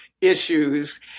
issues